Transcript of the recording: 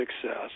success